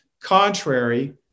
contrary